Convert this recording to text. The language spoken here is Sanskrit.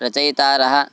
रचयितारः